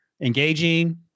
engaging